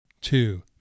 Two